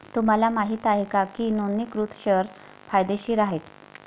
तुम्हाला माहित आहे का की नोंदणीकृत शेअर्स फायदेशीर आहेत?